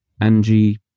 Angie